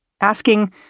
asking